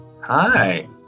Hi